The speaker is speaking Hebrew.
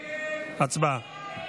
הצבעה.